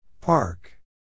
Park